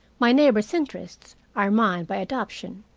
my neighbors' interests are mine by adoption.